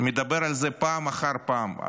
מדבר על זה פעם אחר פעם,